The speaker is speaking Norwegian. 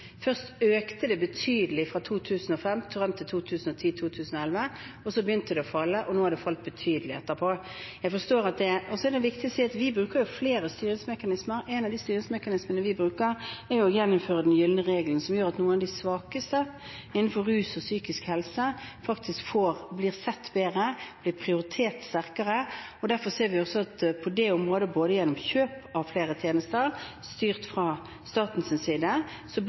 Først økte den betydelig fra 2005 til 2010–2011, så begynte den å falle, og den har falt betydelig etterpå. Det er viktig å si at vi bruker flere styringsmekanismer. Én av styringsmekanismene vi bruker, er å gjennomføre den gylne regelen at noen av de svakeste innen rus og psykisk helse blir bedre sett, prioritert sterkere. Derfor ser vi også at på det området – gjennom kjøp av flere tjenester, styrt fra statens side